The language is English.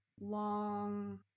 long